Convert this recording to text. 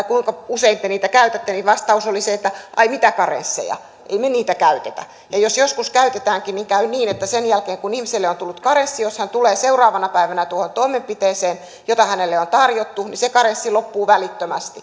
kuinka usein te niitä käytätätte vastaus oli että ai mitä karensseja ei me niitä käytetä ja jos joskus käytetäänkin käy niin että jos ihmiselle on tullut karenssi ja hän tulee seuraavana päivänä tuohon toimenpiteeseen jota hänelle on tarjottu niin se karenssi loppuu välittömästi